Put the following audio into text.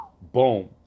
Boom